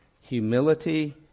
Humility